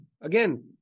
again